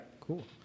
Cool